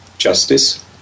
Justice